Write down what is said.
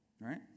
Right